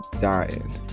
dying